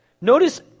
Notice